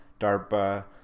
DARPA